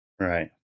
Right